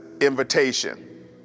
invitation